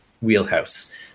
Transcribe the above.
wheelhouse